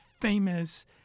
famous